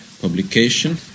Publication